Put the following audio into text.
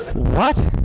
what?